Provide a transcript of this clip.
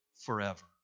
forever